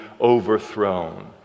overthrown